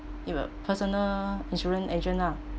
it will personal insurance agent ah